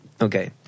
Okay